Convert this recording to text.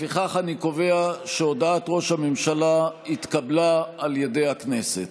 לפיכך אני קובע שהודעת ראש הממשלה התקבלה על ידי הכנסת.